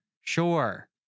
sure